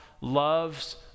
loves